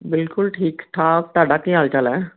ਬਿਲਕੁਲ ਠੀਕ ਠਾਕ ਤੁਹਾਡਾ ਕੀ ਹਾਲ ਚਾਲ ਹੈ